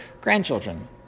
grandchildren